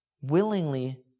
willingly